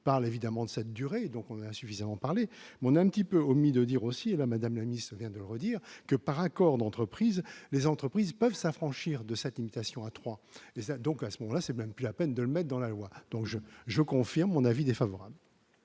parle évidemment de cette durée, donc on a suffisamment parlé mon type omis de dire aussi la madame la ministre vient de redire que par accord d'entreprise, les entreprises peuvent s'affranchir de cette limitation à 3 les a donc à ce moment là c'est même plus la peine de le dans la loi, donc je je confirme mon avis défavorable.